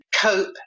cope